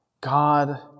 God